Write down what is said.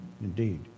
indeed